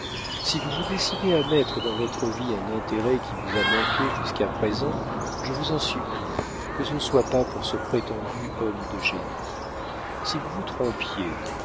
si vous vous décidez à mettre dans votre vie un intérêt qui vous a manqué jusqu'à présent je vous en supplie que ce ne soit pas pour ce prétendu homme de génie si vous vous trompiez